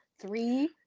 Three